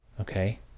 Okay